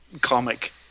comic